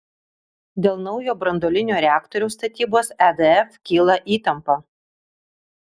dėl naujo branduolinio reaktoriaus statybos edf kyla įtampa